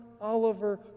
Oliver